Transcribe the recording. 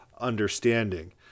understanding